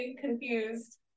confused